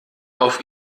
auf